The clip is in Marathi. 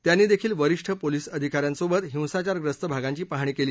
त्यांनी देखील वरीष्ठ पोलीस अधिका यांसोबत हिंसाचास्प्रस्त भागांची पाहणी केली